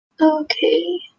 Okay